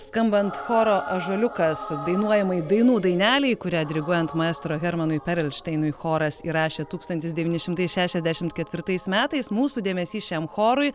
skambant choro ąžuoliukas dainuojamai dainų dainelei kurią diriguojant maestro hermanui perelšteinui choras įrašė tūkstantis devyni šimtai šešiasdešimt ketvirtais metais mūsų dėmesys šiam chorui